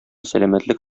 сәламәтлек